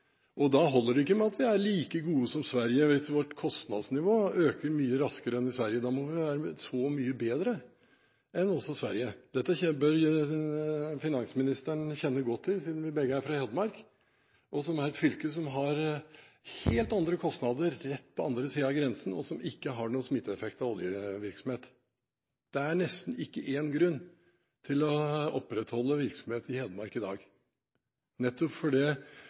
og da holder det ikke at vi er like gode som Sverige, hvis vårt kostnadsnivå øker mye raskere enn i Sverige. Da må vi være mye bedre enn også Sverige. Dette bør finansministeren kjenne godt til siden vi begge er fra Hedmark, et fylke som har helt andre kostnader rett på andre siden av grensen, og som ikke har noen smitteeffekt av oljevirksomhet. Det er nesten ikke én grunn til å opprettholde virksomhet i Hedmark i dag, nettopp